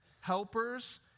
Helpers